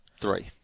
three